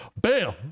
Bam